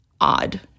odd